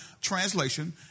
translation